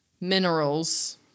minerals